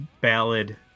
ballad